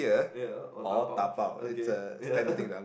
ya or dabao okay ya